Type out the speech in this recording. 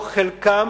או את חלקן,